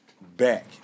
back